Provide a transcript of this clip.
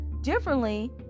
differently